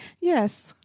Yes